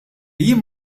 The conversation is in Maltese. jiena